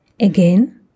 Again